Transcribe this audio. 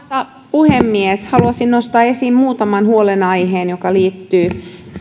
puhemies haluaisin nostaa esiin muutaman huolenaiheen jotka liittyvät